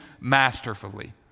masterfully